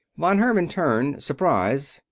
von herman turned, surprised,